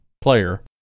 player